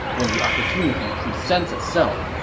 when the opportunity presents itself,